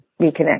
reconnect